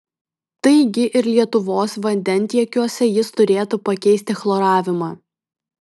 taigi ir lietuvos vandentiekiuose jis turėtų pakeisti chloravimą